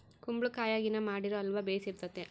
ಕುಂಬಳಕಾಯಗಿನ ಮಾಡಿರೊ ಅಲ್ವ ಬೆರ್ಸಿತತೆ